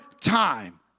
time